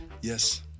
Yes